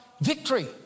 Victory